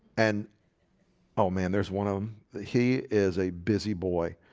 and oh, man, there's one of them he is a busy boy.